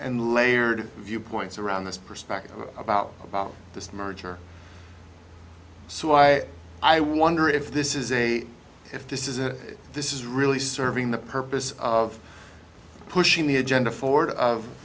and layered viewpoints around this perspective about about this merger i wonder if this is a if this is it this is really serving the purpose of pushing the agenda forward of